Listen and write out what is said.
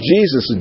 Jesus